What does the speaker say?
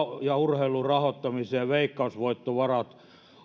ja urheilun rahoittamiseen veikkausvoittovarat